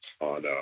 on